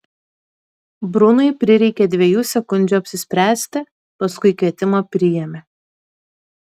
brunui prireikė dviejų sekundžių apsispręsti paskui kvietimą priėmė